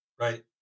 Right